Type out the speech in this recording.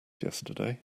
yesterday